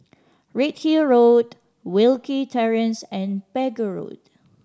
Redhill Road Wilkie Terrace and Pegu Road